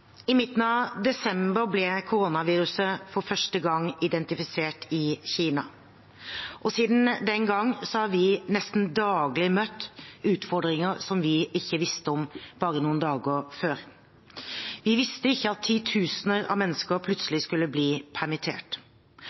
i dag. I midten av desember ble koronaviruset for første gang identifisert i Kina. Siden den gang har vi nesten daglig møtt utfordringer som vi ikke visste om bare noen dager før. Vi visste ikke at titusener av mennesker plutselig skulle bli permittert,